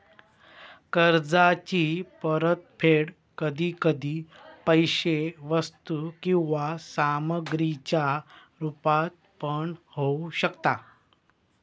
कर्जाची परतफेड कधी कधी पैशे वस्तू किंवा सामग्रीच्या रुपात पण होऊ शकता